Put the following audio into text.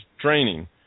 training